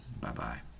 Bye-bye